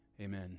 amen